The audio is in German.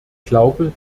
glaube